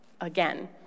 again